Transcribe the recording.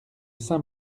saint